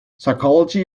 psychology